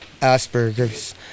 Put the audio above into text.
Asperger's